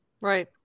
Right